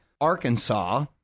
Arkansas